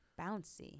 Bouncy